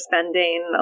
spending